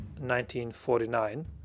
1949